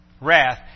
wrath